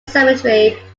cemetery